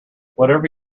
whatever